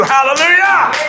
Hallelujah